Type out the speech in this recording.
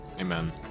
Amen